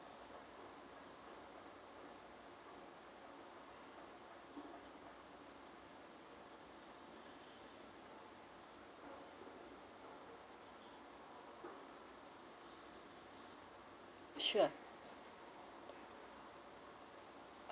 sure